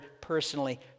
personally